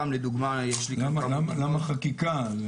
למה חקיקה?